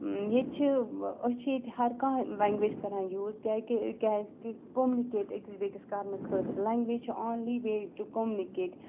ییٚتہِ چھِ أسۍ چھِ ییٚتہِ ہرکانٛہہ لٮ۪نٛگویج کَران یوٗز کیٛاہ کہِ کیٛازِکہِ کوٚمنِکیٹ أکِس بیٚکِس کَرنہٕ خٲطرٕ لنٛگویج چھِ آنلی وے ٹُہ کوٚمنِکیٹ